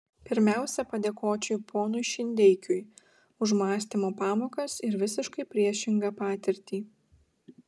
pirmiausia padėkočiau ponui šindeikiui už mąstymo pamokas ir visiškai priešingą patirtį